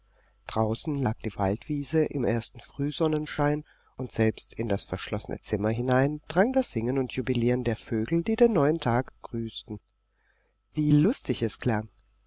draußen lag die waldwiese im ersten frühsonnenschein und selbst in das verschlossene zimmer hinein drang das singen und jubilieren der vögel die den neuen tag grüßten wie lustig es klang